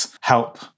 help